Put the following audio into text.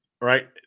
Right